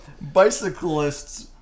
bicyclists